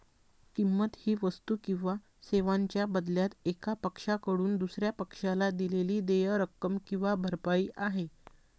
किंमत ही वस्तू किंवा सेवांच्या बदल्यात एका पक्षाकडून दुसर्या पक्षाला दिलेली देय रक्कम किंवा भरपाई आहे